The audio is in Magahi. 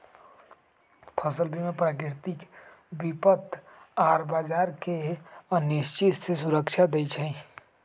फसल बीमा प्राकृतिक विपत आऽ बाजार के अनिश्चितता से सुरक्षा देँइ छइ